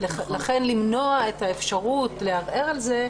ולכן למנוע את האפשרות לערער את זה,